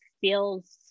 feels